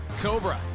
Cobra